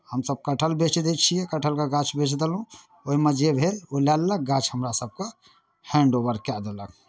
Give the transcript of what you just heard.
हमसभ कटहर बेचि दै छियै कटहरके गाछ बेचि देलहुँ ओहिमे जे भेल ओ लए लेलक गाछ हमरासभकेँ हैंड ओवर कए देलक